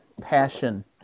passion